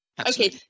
Okay